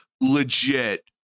legit